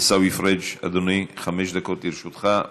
עיסאווי פריג', אדוני, חמש דקות לרשותך.